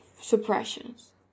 suppressions